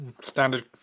Standard